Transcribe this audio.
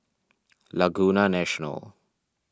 Laguna National